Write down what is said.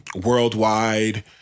worldwide